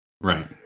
Right